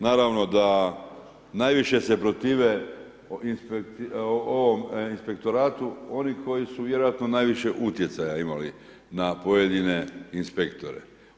Naravno da najviše se protive ovom inspektoratu oni koji su vjerojatno najviše utjecaja imali na pojedine inspektore.